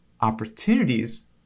opportunities